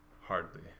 Hardly